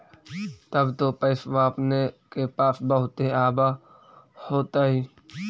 तब तो पैसबा अपने के पास बहुते आब होतय?